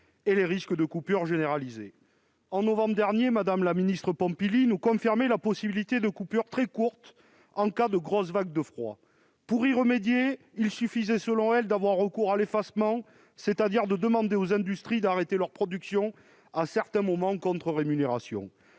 sur les risques de coupure généralisée. En novembre dernier, Mme la ministre Pompili nous confirmait la possibilité de coupures très courtes en cas de grosses vagues de froid. Pour y remédier, il suffirait, selon elle, d'avoir recours à l'effacement, c'est-à-dire de demander aux industries d'arrêter leur production à certains moments, contre rémunération.